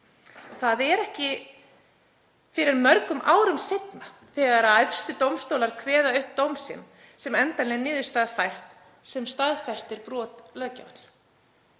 Það er ekki fyrr en mörgum árum seinna þegar æðstu dómstólar kveða upp dóm sinn sem endanleg niðurstaða fæst sem staðfestir brot löggjafans.